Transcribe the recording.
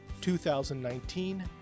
2019